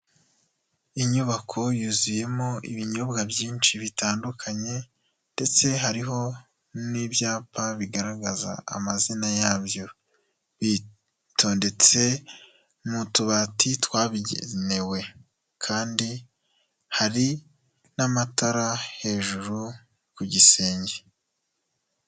Inyubako yuzuyemo ibinyobwa byinshi bitandukanye ndetse hariho n'ibyapa bigaragaza amazina yabyo, bitondetse mu tubati twabigenewe kandi hari n'amatara hejuru ku gisenge.